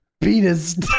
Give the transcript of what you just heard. penis